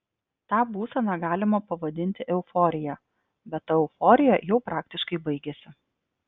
tą būseną galima pavadinti euforija bet ta euforija jau praktiškai baigėsi